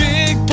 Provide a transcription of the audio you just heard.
Big